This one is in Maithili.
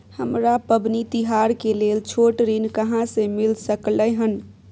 हमरा पबनी तिहार के लेल छोट ऋण कहाँ से मिल सकलय हन?